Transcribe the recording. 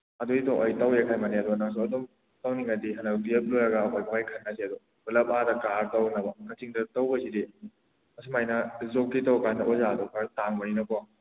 ꯑꯗꯨꯏꯗꯣ ꯑꯩ ꯇꯧꯒꯦ ꯈꯟꯕꯅꯦ ꯑꯗꯣ ꯅꯪꯁꯨ ꯑꯗꯨꯝ ꯇꯧꯅꯤꯡꯉꯗꯤ ꯍꯟꯗꯛ ꯇꯨ꯭ꯌꯦꯜꯐ ꯂꯣꯏꯔꯒ ꯑꯩꯈꯣꯏ ꯂꯣꯏ ꯈꯟꯅꯁꯦ ꯑꯗꯨ ꯄꯨꯂꯞ ꯑꯥꯗ ꯀꯥꯔ ꯇꯧꯔꯨꯅꯕ ꯀꯛꯆꯤꯡꯗ ꯇꯧꯕꯁꯤꯗꯤ ꯁꯨꯃꯥꯏꯅ ꯖꯣꯕꯀꯤ ꯇꯧ ꯀꯥꯟꯗ ꯑꯣꯖꯥꯗ ꯈꯔ ꯇꯥꯡꯕꯅꯤꯅꯀꯣ